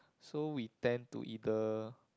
so we tend to either